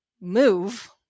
move